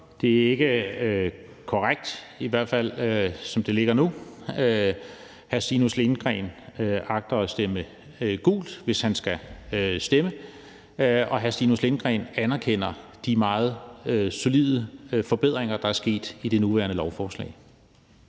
Det er ikke korrekt, i hvert fald som det ligger nu. Hr. Stinus Lindgreen agter at stemme gult, hvis han skal stemme, og hr. Stinus Lindgreen anerkender de meget solide forbedringer, der er sket i det nuværende lovforslag.